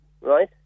right